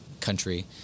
country